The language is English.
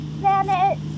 planet